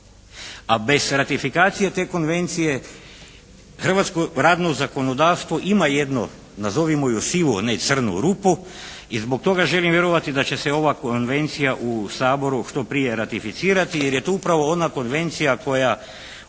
a bez ratifikacije te Konvencije hrvatsko radno zakonodavstvo ima jednu nazovimo ju "sivom" ne "crnom" rupu. I zbog toga želim vjerovati da će se ova Konvencija u Saboru što prije ratificirati jer je to upravo ona Konvencija koja